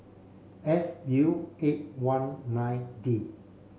F U eight one nine D